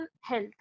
health